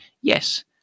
yes